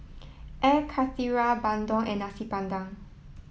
Air Karthira Bandung and Nasi Padang